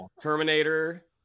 Terminator